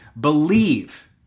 believe